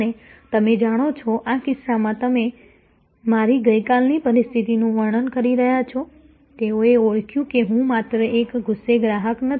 અને તમે જાણો છો આ કિસ્સામાં તમે મારી ગઈકાલની પરિસ્થિતિનું વર્ણન કરી રહ્યાં છો તેઓએ ઓળખ્યું કે હું માત્ર એક ગુસ્સે ગ્રાહક જ નથી